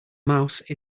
mouse